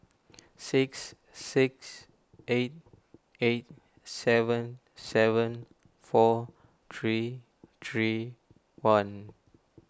six six eight eight seven seven four three three one